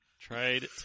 Trade